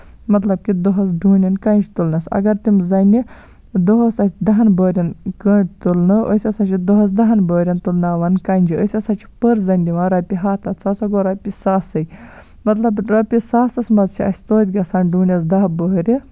مطلب کہِ دۄہَس ڈوٗنین کَنجہِ تُلنَس اَگر تِم زَنہِ دۄہَس اَسہِ دَہن بوٚہرین کٔنڈ تُلنو أسۍ ہسا چھِ دۄہَس دَہن بوٚہرین تُلناوان کَنجہِ أسۍ ہسا چھِ پٔر زَنہِ دِوان رۄپیہِ ہَتھ ہتھ سُہ ہسا گوٚو رۄپیہِ ساسٕے مطلب رۄپیہِ ساسس منٛز چھِ اَسہِ گژھان توتہِ ڈوٗنیس دہ بوٚہری